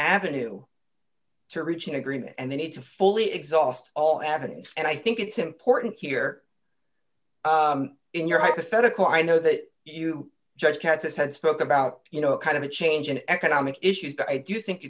avenue to reach an agreement and they need to fully exhaust all avenues and i think it's important here in your hypothetical i know that you judge katz had spoke about you know kind of a change in economic issues but i do think